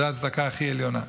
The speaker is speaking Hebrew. זאת הצדקה הכי עליונה.